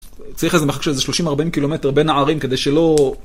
צריך איזה מחק של איזה 30-40 קילומטר בין הערים כדי שלא...